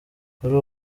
kuri